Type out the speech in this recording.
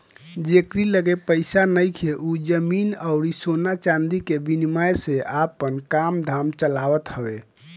जेकरी लगे पईसा नइखे उ जमीन अउरी सोना चांदी के विनिमय से आपन काम धाम चलावत हवे